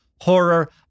horror